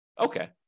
Okay